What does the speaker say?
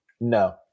No